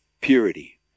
purity